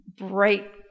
bright